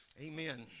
Amen